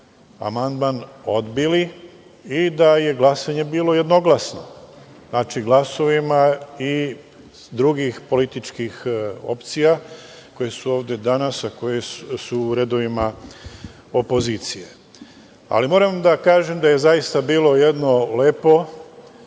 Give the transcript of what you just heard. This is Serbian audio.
amandman odbili i da je glasanje bilo jednoglasno. Glasovima i drugih političkih opcija koje su ovde danas, a koje su u redovima opozicije. Ali, moram da kažem da je zaista bilo jedno lepo